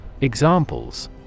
Examples